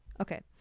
Okay